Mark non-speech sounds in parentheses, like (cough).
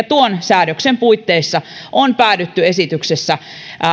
(unintelligible) tuon säädöksen puitteissa on päädytty esityksessä